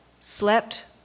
slept